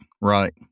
right